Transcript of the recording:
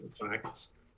facts